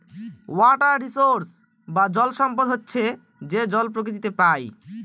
water resource বা জল সম্পদ হচ্ছে যে জল প্রকৃতিতে পাই